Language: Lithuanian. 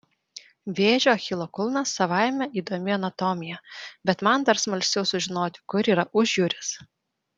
vėžio achilo kulnas savaime įdomi anatomija bet man dar smalsiau sužinoti kur yra užjūris